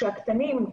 שהקטנים,